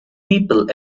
people